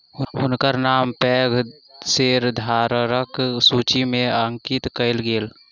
हुनकर नाम पैघ शेयरधारकक सूचि में अंकित कयल गेल